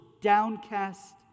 downcast